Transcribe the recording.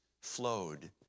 flowed